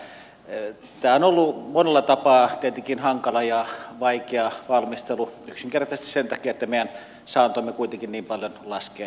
tämä on tietenkin ollut monella tapaa hankala ja vaikea valmistelu yksinkertaisesti sen takia että meidän saantomme kuitenkin niin paljon laskee